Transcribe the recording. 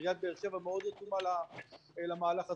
עיריית באר שבע מאוד רתומה למהלך הזה,